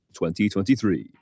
2023